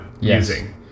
using